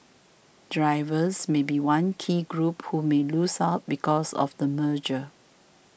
drivers may be one key group who may lose out because of the merger